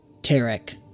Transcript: Tarek